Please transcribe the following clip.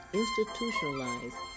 institutionalized